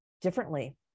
differently